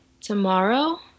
tomorrow